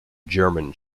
german